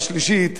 השלישית,